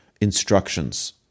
instructions